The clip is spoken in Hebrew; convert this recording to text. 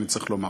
אני צריך לומר.